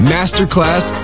Masterclass